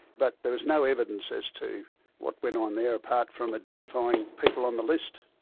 but there was no evidence as to what went on there, apart from identifying people on the list.